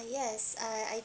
yes I I